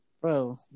Bro